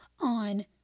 on